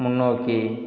முன்னோக்கி